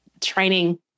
training